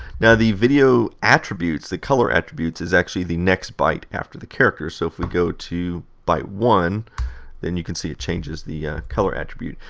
now, the video attributes, the color attributes is actually the next byte after the characters. so, if we go to to byte one then you can see it changes the color attribute.